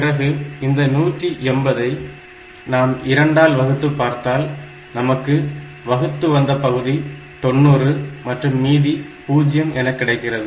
பிறகு இந்த 180 ஐ நாம் 2 ஆல் வகுத்து பார்த்தால் நமக்கு வகுத்து வந்த பகுதி 90 மற்றும் மீதி 0 என கிடைக்கிறது